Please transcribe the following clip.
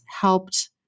helped